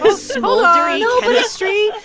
smoldery chemistry.